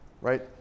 Right